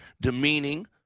demeaning